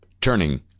turning